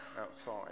outside